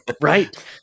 Right